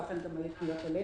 ואכן היו גם פניות אלינו.